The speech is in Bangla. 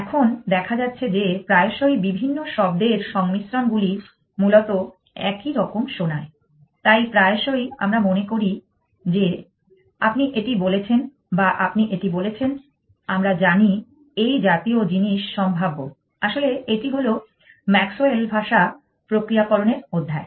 এখন দেখা যাচ্ছে যে প্রায়শই বিভিন্ন শব্দের সংমিশ্রণগুলি মূলত একই রকম শোনায় তাই প্রায়শই আমরা মনে করি আপনি এটি বলেছেন বা আপনি এটি বলেছেন আমরা জানি এই জাতীয় জিনিস সম্ভাব্য আসলে এটি হলো ম্যাক্সওয়েল ভাষা প্রক্রিয়াকরণের অধ্যায়